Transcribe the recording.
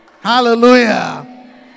Hallelujah